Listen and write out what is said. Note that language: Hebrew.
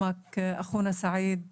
בתקווה שהוא שומע את